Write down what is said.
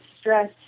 stress